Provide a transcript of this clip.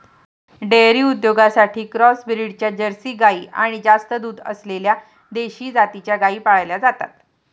dairy उद्योगासाठी cross ब्रीडच्या Jersey गाई आणि जास्त दूध असलेल्या देशी जातीच्या गायी पाळल्या जातात